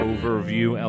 Overview